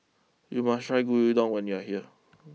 you must try Gyudon when you are here